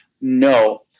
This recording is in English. No